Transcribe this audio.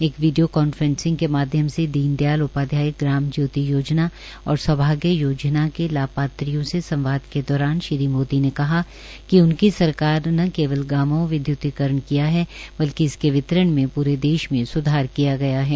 एक video conferencing के माध्यम से दीनदयाल उपाध्याय ग्राम ज्योति योजना और सौभाग्य योजना के लाभपात्रियों से संवाद के दौरान श्री मोदी ने कहा कि उनकी सरकार न केवल गांवों विदयुतीकरण किया है बल्कि इसके वितरण में पूरे देश में सुधार किया गया है